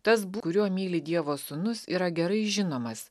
tas kuriuo myli dievo sūnus yra gerai žinomas